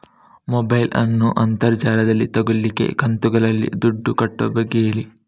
mobile ನ್ನು ಅಂತರ್ ಜಾಲದಲ್ಲಿ ತೆಗೋಲಿಕ್ಕೆ ಕಂತುಗಳಲ್ಲಿ ದುಡ್ಡನ್ನು ಕಟ್ಟುವ ಬಗ್ಗೆ ಹೇಳಿ